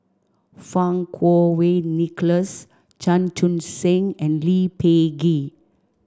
Fang Kuo Wei Nicholas Chan Chun Sing and Lee Peh Gee